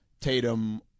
Tatum